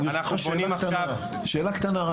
רק שאלה קטנה,